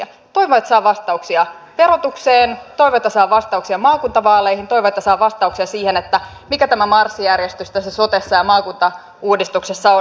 toivon että saan vastauksia verotukseen toivon että saan vastauksia maakuntavaaleihin toivon että saan vastauksia siihen mikä tämä marssijärjestys sotessa ja maakuntauudistuksessa on